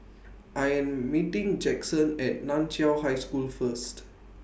I Am meeting Jaxon At NAN Chiau High School First